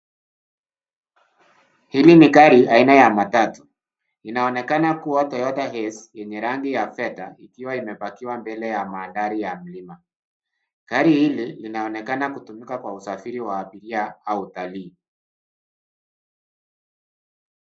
Hili ni gari aina ya matatu. Inaonekana kuwa Toyota Hiace yenye rangi ya fedha ,ikiwa imepakiwa mbele ya mandhari ya mlima. Gari hili inaonekana kutumika kwa usafiri wa abiria au utalii.